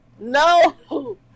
No